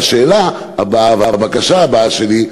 והשאלה הבאה והבקשה הבאה שלי,